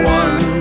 one